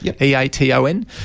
E-A-T-O-N